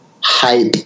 hype